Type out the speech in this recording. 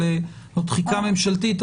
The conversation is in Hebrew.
זאת תחיקה ממשלתית.